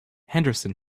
henderson